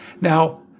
Now